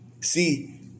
See